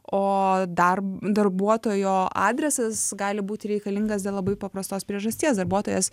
o dar darbuotojo adresas gali būti reikalingas dėl labai paprastos priežasties darbuotojas